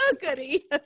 goody